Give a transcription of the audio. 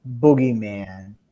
boogeyman